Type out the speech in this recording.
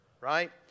right